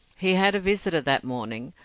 he had a visitor that morning,